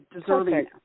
deserving